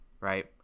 right